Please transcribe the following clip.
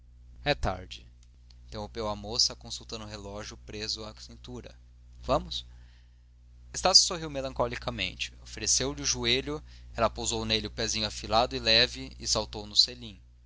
é tarde interrompeu a moça consultando o reloginho preso à cintura vamos estácio sorriu melancolicamente ofereceu-lhe o joelho ela pousou nele o pezinho afilado e leve e saltou no selim